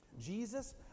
Jesus